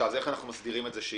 מה